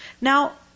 Now